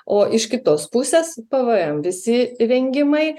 o iš kitos pusės p v em visi vengimai